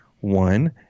one